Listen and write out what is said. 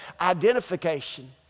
identification